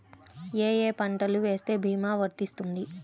ఏ ఏ పంటలు వేస్తే భీమా వర్తిస్తుంది?